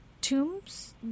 tombs